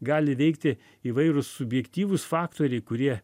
gali veikti įvairūs subjektyvūs faktoriai kurie